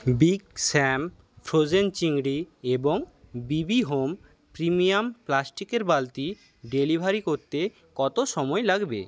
big Sam frozen চিংড়ি এবং BB home premium প্লাস্টিকের বালতি ডেলিভারি করতে কত সময় লাগবে